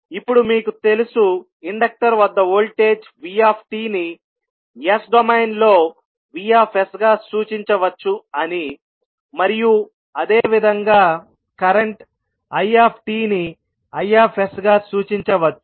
ఇప్పుడు మీకు తెలుసు ఇండక్టర్ వద్ద వోల్టేజ్ vtని S డొమైన్ లో Vs గా సూచించవచ్చు అని మరియు అదే విధంగా కరెంట్ it ని Is గా సూచించవచ్చు